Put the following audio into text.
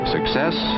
Success